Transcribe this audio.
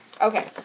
Okay